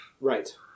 Right